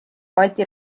balti